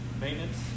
maintenance